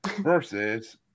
versus